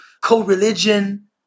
co-religion